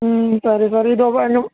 ಹ್ಞೂ ಸರಿ ಸರಿ ಇದು